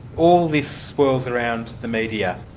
all this was around the media.